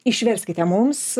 išverskite mums